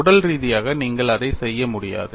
உடல் ரீதியாக நீங்கள் இதைச் செய்ய முடியாது